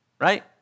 Right